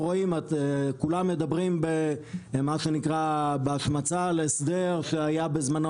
כולם מדברים בהשמצה על הסדר שהיה בזמנו